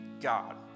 God